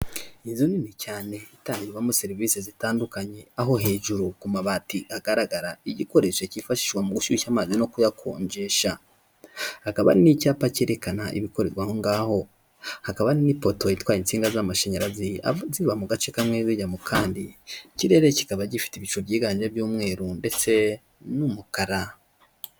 Inzu nini cyane itangirwamo serivisi zitandukanye, aho hejuru ku mabati hagaragara igikoresho cyifashishwa mu gushyushya amazi no kuyakonjesha, hakaba hari n'icyapa cyerekana ibikorerwa aho ngaho, hakaba hari n'ipoto itwaye insinga z'amashanyarazigiba mu gace kamwe bijya mu kandi, ikirere kikaba gifite ibicu byiganje by'umweru ndetse n'umukara.